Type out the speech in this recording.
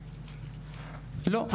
לא.